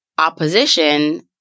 opposition